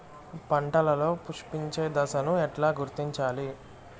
పంటలలో పుష్పించే దశను ఎట్లా గుర్తించాలి?